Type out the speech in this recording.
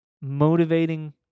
motivating